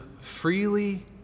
freely